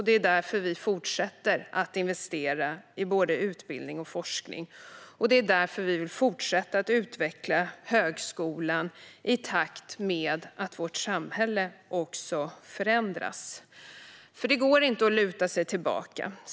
Det är därför vi fortsätter att investera i både utbildning och forskning, och det är därför vi vill fortsätta att utveckla högskolan i takt med att vårt samhälle förändras. Det går nämligen inte att luta sig tillbaka.